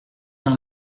d’un